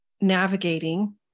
navigating